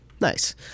Nice